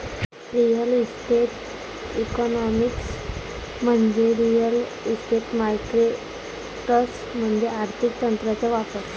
real estate economics म्हणजे real estate markets मध्ये आर्थिक तंत्रांचा वापर